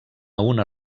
una